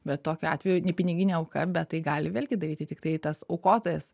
bet tokiu atveju nepiniginė auka bet tai gali vėlgi daryti tiktai tas aukotojas